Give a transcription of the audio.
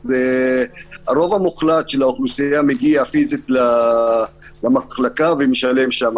אז הרוב המוחלט של האוכלוסייה מגיע פיזית למחלקה ומשלם שם,